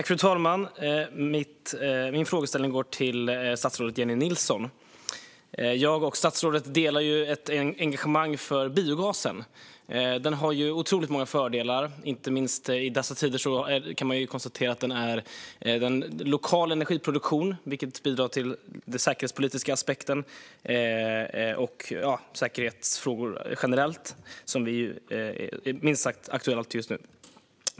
Fru talman! Min fråga går till statsrådet Jennie Nilsson. Jag och statsrådet delar ju ett engagemang för biogas. Den har otroligt många fördelar. Inte minst i dessa tider kan man konstatera att den är en form av lokal energiproduktion, vilket är viktigt ur den säkerhetspolitiska aspekten och med avseende på säkerhetsfrågor generellt. Det är ju minst sagt aktuellt just nu.